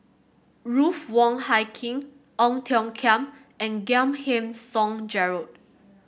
Ruth Wong Hie King Ong Tiong Khiam and Giam Yean Song Gerald